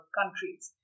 countries